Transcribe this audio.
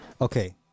okay